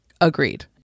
agreed